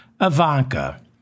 Ivanka